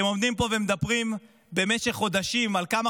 אתם עומדים פה ומדברים במשך חודשים על כמה